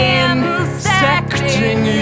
insecting